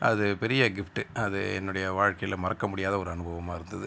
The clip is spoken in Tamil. அது பெரிய கிஃப்ட்டு அது என்னுடைய வாழ்க்கையில் மறக்க முடியாத ஒரு அனுபவமாக இருந்தது